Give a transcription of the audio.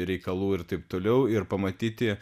reikalų ir taip toliau ir pamatyti